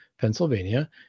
Pennsylvania